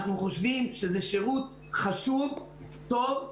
אנחנו חושבים שזה שירות חשוב, טוב.